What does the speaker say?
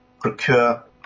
procure